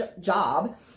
job